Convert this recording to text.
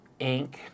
Inc